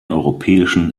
europäischen